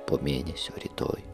po mėnesio rytoj